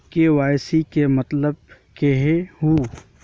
KYC के मतलब केहू?